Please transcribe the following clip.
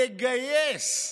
לגייס,